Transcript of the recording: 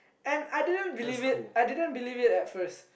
and I didn't believe it I didn't believe it at first